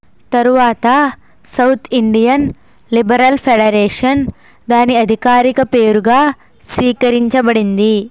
తరువాత South Indian Liberal Federation దాని అధికారిక పేరుగా స్వీకరించబడింది